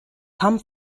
come